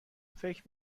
فکر